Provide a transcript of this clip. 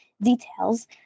details